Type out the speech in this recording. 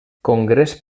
congrés